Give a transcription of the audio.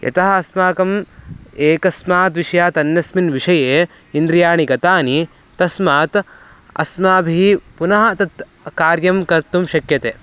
यतः अस्माकम् एकस्मात् विषयात् अन्यस्मिन् विषये इन्द्रियाणि गतानि तस्मात् अस्माभिः पुनः तत् कार्यं कर्तुं शक्यते